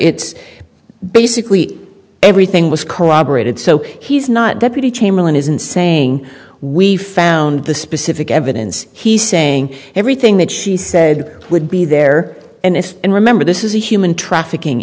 it's basically everything was corroborated so he's not deputy chamberlain isn't saying we found the specific evidence he's saying everything that she said would be there and if and remember this is a human trafficking